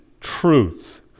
truth